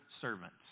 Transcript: servants